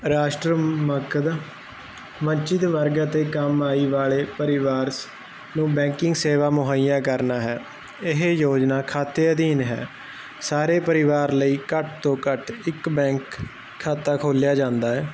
ਰਾਸ਼ਟਰ ਮਕਦ ਵੰਚਿਤ ਵਰਗ ਅਤੇ ਕਮਾਈ ਵਾਲੇ ਪਰਿਵਾਰਸ ਨੂੰ ਬੈਂਕਿੰਗ ਸੇਵਾ ਮੁੱਹਈਆਂ ਕਰਨਾ ਹੈ ਇਹ ਯੋਜਨਾ ਖਾਤੇ ਅਧੀਨ ਹੈ ਸਾਰੇ ਪਰਿਵਾਰ ਲਈ ਘੱਟ ਤੋਂ ਘੱਟ ਇੱਕ ਬੈਂਕ ਖਾਤਾ ਖੋਲਿਆ ਜਾਂਦਾ ਹੈ